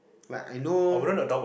like I know